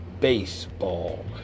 baseball